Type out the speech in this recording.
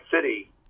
city